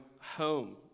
home